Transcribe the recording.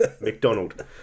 McDonald